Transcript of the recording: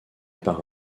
par